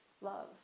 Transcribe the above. love